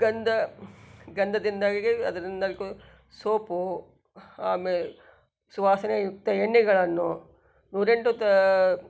ಗಂಧ ಗಂಧದಿಂದಾಗಿ ಅದರಿಂದಾಗೊ ಸೋಪು ಆಮೇಲೆ ಸುವಾಸನೆಯುಕ್ತ ಎಣ್ಣೆಗಳನ್ನು ನೂರೆಂಟು ತಾ